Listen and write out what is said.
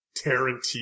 Tarantino